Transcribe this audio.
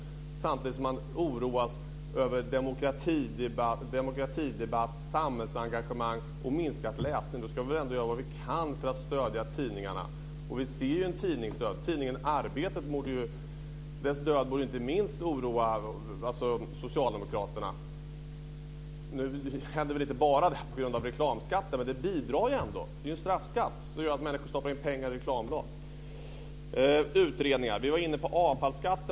Man oroas ju över demokratidebatt, samhällsengagemang och minskad läsning. Då ska vi väl ändå göra vad vi kan för att stödja tidningarna. Vi ser en tidningsdöd. Inte minst tidningen Arbetets död borde oroa socialdemokraterna. Det hände inte bara på grund av reklamskatten, men den bidrar ändå. Det är en straffskatt som gör att människor stoppar in pengar i reklamblad. Vi var inne på avfallsskatten.